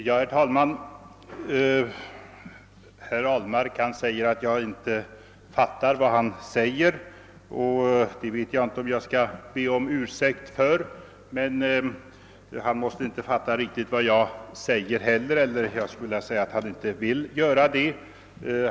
Herr talman! Herr Ahlmark sade att jag inte fattade vad han säger. Det vet jag inte om jag skall be om ursäkt för. Men han måtte inte riktigt fatta vad jag säger heller eller också vill han inte göra det.